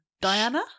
Diana